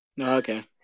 Okay